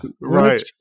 Right